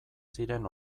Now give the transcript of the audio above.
ziren